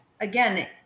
again